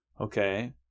Okay